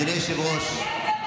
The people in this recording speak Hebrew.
אדוני היושב-ראש,